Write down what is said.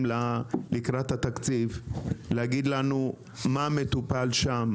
לקראת התקציב להגיד לנו מה מטופל שם,